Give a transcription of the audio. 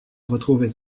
retrouver